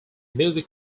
music